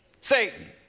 Satan